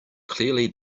clearly